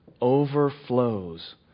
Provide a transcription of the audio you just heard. overflows